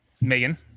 Megan